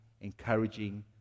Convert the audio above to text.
encouraging